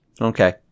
Okay